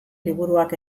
liburuak